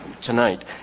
tonight